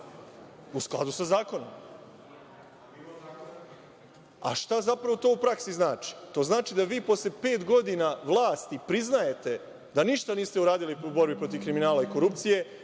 u skladu sa zakonom. Šta zapravo to u praksi znači? To znači da vi posle pet godina vlasti priznajete da ništa niste uradili u borbi protiv kriminala i korupcije,